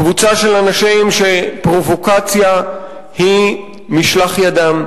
קבוצה של אנשים שפרובוקציה היא משלח ידם.